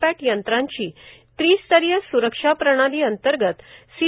पॅट यंत्रांची त्रि स्तरीय सुरक्षा प्रणाली अंतर्गत सी